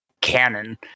canon